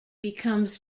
becomes